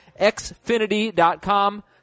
xfinity.com